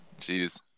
Jeez